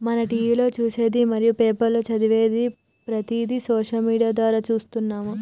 మనం టీవీలో చూసేది మరియు పేపర్లో చదివేది ప్రతిదీ సోషల్ మీడియా ద్వారా చూస్తున్నాము